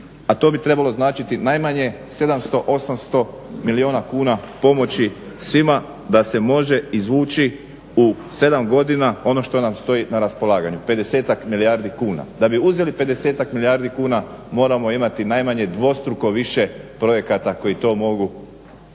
a to bi trebalo značiti najmanje 700, 800 milijuna kuna pomoći svima da se može izvući u 7 godina ono što nam stoji na raspolaganju 50-ak milijardi kuna. da bi uzeli 50-ak milijardi kuna moramo imati najmanje dvostruko više projekata koji to mogu oplemeniti